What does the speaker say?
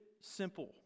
simple